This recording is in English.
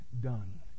done